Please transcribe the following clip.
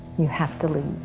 you have to leave.